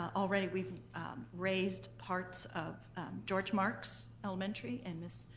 already we've raised parts of george marx elementary in ms.